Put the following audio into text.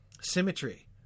symmetry